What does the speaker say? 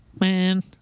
Man